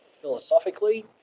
philosophically